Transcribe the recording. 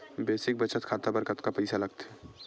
Basic बचत खाता बर कतका पईसा लगथे?